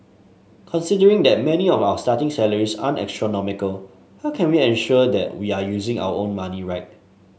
considering that many of our starting salaries aren't astronomical how can we ensure that we are using our own money right